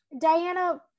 Diana